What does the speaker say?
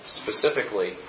specifically